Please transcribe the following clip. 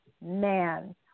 Man